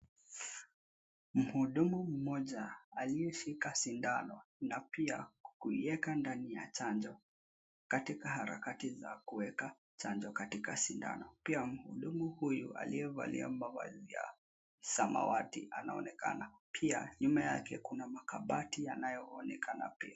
Mhudumu mmoja aliyeshika sindano na pia kuiweka ndani ya chanjo, katika harakati za kuweka chanjo katika sindano. Pia mhudumu huyu aliyevalia mavazi ya samawati anaonekana. Pia nyuma yake kuna makabati yanayoonekana pia.